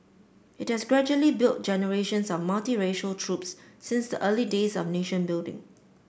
it has gradually built generations of multiracial troops since the early days of nation building